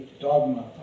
dogma